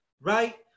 right